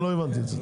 לא הבנתי את זה.